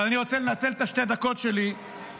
אבל אני רוצה לנצל את שתי הדקות שלי ולהתייחס